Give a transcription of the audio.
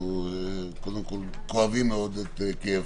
אנחנו קודם כול כואבים מאוד את כאבכם.